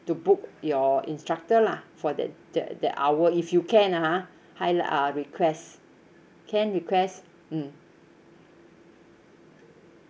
to book your instructor lah for that that that hour if you can ah ha highligh~ uh request can request mm